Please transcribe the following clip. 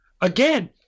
Again